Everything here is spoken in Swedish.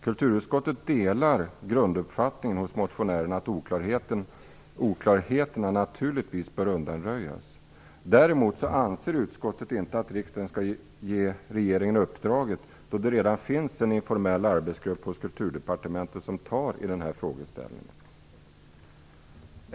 Kulturutskottet delar grunduppfattningen hos motionärerna att oklarheterna naturligtvis bör undanröjas. Däremot anser utskottet inte att riksdagen skall ge regeringen det uppdraget, då det redan finns en informell arbetsgrupp hos Kulturdepartementet som arbetar med frågeställningen.